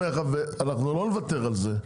ואנחנו לא נוותר על זה,